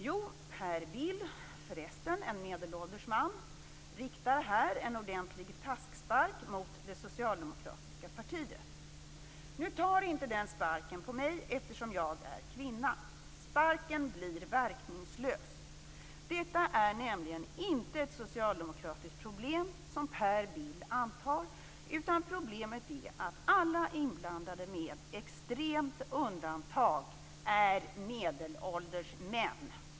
Jo, Per Bill - förresten en medelålders man - riktar här en ordentlig taskspark mot det socialdemokratiska partiet. Nu tar inte den sparken på mig eftersom jag är kvinna. Sparken blir verkningslös. Detta är nämligen inte ett socialdemokratiskt problem, som Per Bill antar, utan problemet är att alla inblandade med extremt undantag är medelålders män.